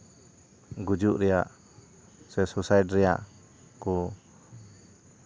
ᱜᱩᱡᱩᱜ ᱨᱮᱭᱟᱜ ᱥᱮ ᱥᱩᱭᱥᱟᱭᱤᱰ ᱨᱮᱭᱟᱜ ᱠᱚ